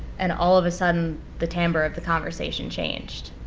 and all of a sudden, the timbre of the conversation changed.